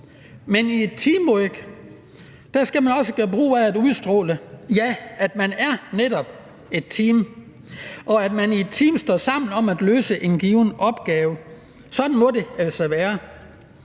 og i et teamwork skal man også gøre brug af at udstråle, at ja, man netop er et team, og at man i et team står sammen om at løse en given opgave. Sådan må det altså være.